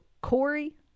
Corey